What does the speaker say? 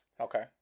Okay